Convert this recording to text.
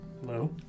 Hello